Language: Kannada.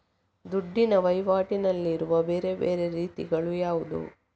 ದುಡ್ಡಿನ ವಹಿವಾಟಿನಲ್ಲಿರುವ ಬೇರೆ ಬೇರೆ ರೀತಿಗಳು ಯಾವುದು?